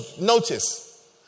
notice